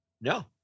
No